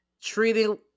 treating